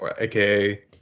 aka